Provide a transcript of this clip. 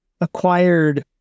acquired